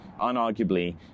unarguably